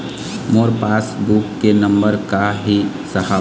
मोर passbook के number का ही साहब?